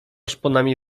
szponami